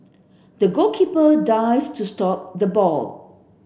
the goalkeeper dived to stop the ball